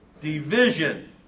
division